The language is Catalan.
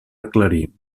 aclarir